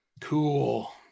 Cool